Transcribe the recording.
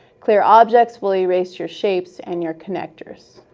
clear objects will erase your shapes and your connectors.